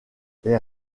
les